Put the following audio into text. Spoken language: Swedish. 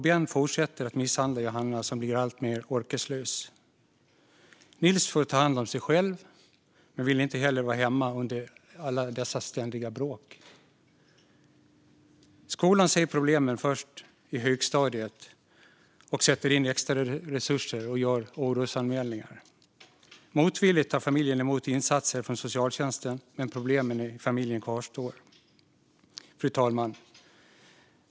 Ben fortsätter att misshandla Johanna, som blir alltmer orkeslös. Nils får ta hand om sig själv men vill inte heller vara hemma under alla dessa ständiga bråk. Skolan ser problemen först i högstadiet, sätter in extraresurser och gör orosanmälningar. Motvilligt tar familjen emot insatser från socialtjänsten, men problemen i familjen kvarstår. Fru talman!